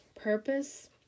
purpose